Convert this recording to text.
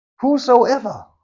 whosoever